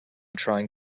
trying